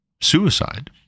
suicide